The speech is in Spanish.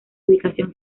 ubicación